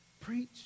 preach